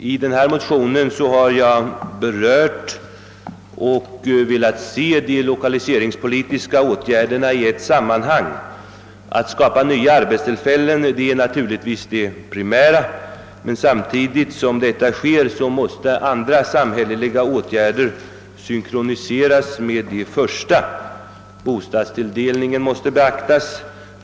I den motion som jag berört har jag velat se de lokaliseringspolitiska åtgärderna i ett sammanhang. Att skapa nya arbetstillfällen är naturligtvis den primära uppgiften, men andra samhälleliga åtgärder måste synkroniseras med den. Bostadstilldelningen måste beaktas.